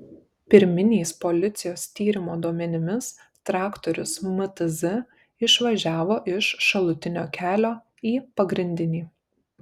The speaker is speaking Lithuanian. pirminiais policijos tyrimo duomenimis traktorius mtz išvažiavo iš šalutinio kelio į pagrindinį